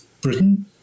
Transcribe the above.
Britain